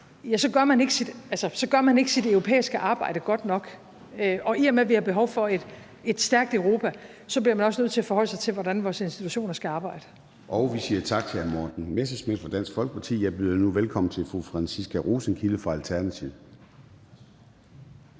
lande, gør man ikke sit europæiske arbejde godt nok. I og med at vi har behov for et stærkt Europa, bliver man også nødt til at forholde sig til, hvordan vores institutioner skal arbejde. Kl. 14:02 Formanden (Søren Gade): Vi siger tak til hr. Morten Messerschmidt fra Dansk Folkeparti. Jeg byder nu velkommen til fru Franciska Rosenkilde fra Alternativet.